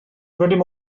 rydym